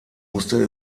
musste